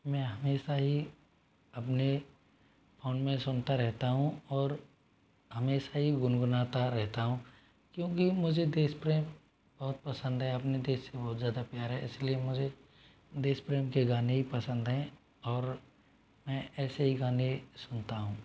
मैं हमेसा ही अपने फोन में सुनता रहता हूँ और हमशा ही गुन गुनाता रहता हूँ क्योंकि मुझे देश प्रेम बहुत पसंद है अपने देश से बहुत ज़्यादा प्यार है इस लिए मुझे देश प्रेम के गाने ही पसंद हैं और मैं ऐसे ही गाने सुनता हूँ